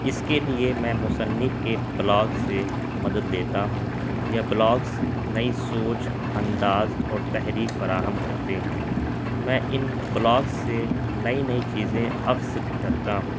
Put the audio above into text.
اس کے لیے میں مصنف کے بلاگ سے مدد لیتا ہوں یہ بلاگس نئی سوچ انداز اور تحریک فراہم کرتے ہیں میں ان بلاگس سے نئی نئی چیزیں عکس کرتا ہوں